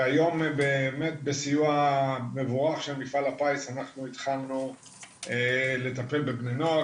והיום באמת בסיוע מבורך של מפעל הפיס אנחנו התחלנו לטפל בבני נוער.